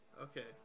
Okay